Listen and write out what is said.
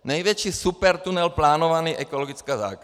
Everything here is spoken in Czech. Největší supertunel plánovaný ekologická zakázka.